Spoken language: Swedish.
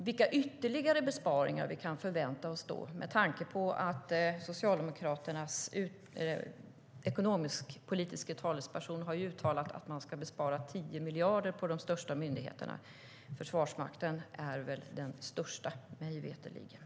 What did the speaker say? Vilka ytterligare besparingar kan vi förvänta oss, med tanke på att Socialdemokraternas ekonomisk-politiska talesperson har uttalat att man ska spara 10 miljarder på de största myndigheterna? Försvarsmakten är väl den största, mig veterligen.